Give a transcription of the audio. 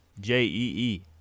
J-E-E